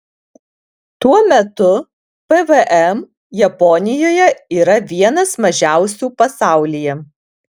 tuo metu pvm japonijoje yra vienas mažiausių pasaulyje